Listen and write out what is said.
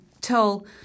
tell